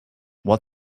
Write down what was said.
what